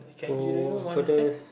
to further